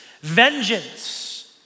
Vengeance